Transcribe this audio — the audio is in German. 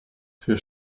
für